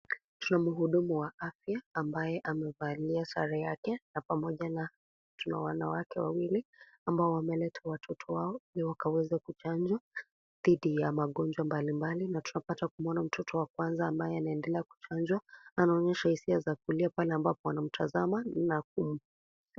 Tuna mhudumu wa afya ambaye amevalia sare yake na pamoja na tuna wanawake wawili ambao wameleta watoto wao ili wakaweze kuchanjwa dhidi ya magonjwa mbalimbali na tunapata kumona mtoto wa kwanza ambaye anaendelea kuchanjwa ,anaonyesha hisia za kulia pale ambapo anamtazama na.